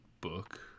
book